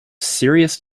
serious